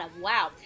Wow